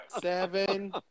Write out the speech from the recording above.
Seven